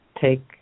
take